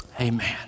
Amen